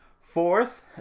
Fourth